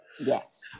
Yes